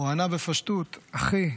הוא ענה בפשטות: אחי,